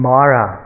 Mara